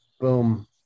boom